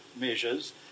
measures